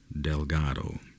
Delgado